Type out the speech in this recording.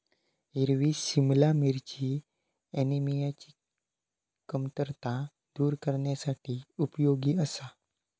हिरवी सिमला मिरची ऍनिमियाची कमतरता दूर करण्यासाठी उपयोगी आसा